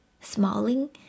smiling